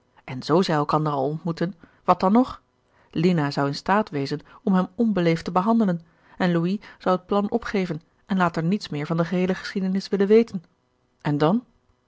en zoo zij elkander al ontmoetten wat dan nog lina zou in staat wezen om hem onbeleefd te behandelen en louis zou het plan opgeven en later niets meer van de geheele geschiedenis willen weten en dan